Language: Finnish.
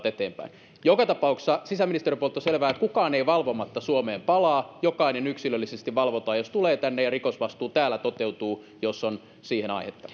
eteenpäin joka tapauksessa sisäministeriön puolelta on selvää että kukaan ei valvomatta suomeen palaa jokainen yksilöllisesti valvotaan jos tulee tänne ja rikosvastuu täällä toteutuu jos on siihen aihetta